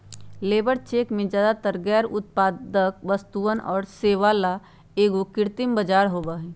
labour check में ज्यादातर गैर उत्पादक वस्तुअन और सेवा ला एगो कृत्रिम बाजार होबा हई